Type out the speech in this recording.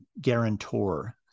guarantor